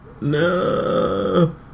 No